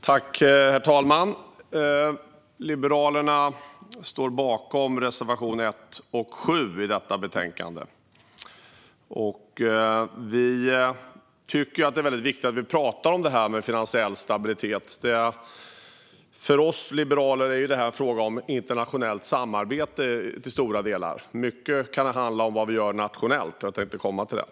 Herr talman! Liberalerna står bakom reservationerna 1 och 7 i detta betänkande. Vi tycker att det är viktigt att prata om finansiell stabilitet. För oss liberaler är detta i stora delar en fråga om internationellt samarbete, men mycket kan handla om vad vi gör nationellt. Jag tänkte komma till det.